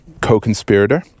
co-conspirator